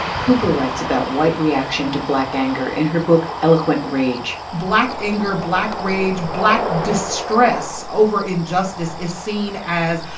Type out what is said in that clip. cooper writes about white reaction to black anger in her book eloquent rage. black anger, black rage, black distress over injustice is seen as,